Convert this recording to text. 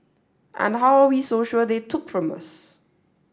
and how are we so sure they took from us